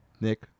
Nick